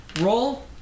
Roll